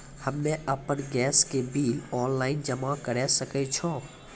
हम्मे आपन गैस के बिल ऑनलाइन जमा करै सकै छौ?